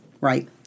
right